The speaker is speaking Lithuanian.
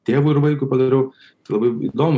tėvui ir vaikui padariau labai įdomu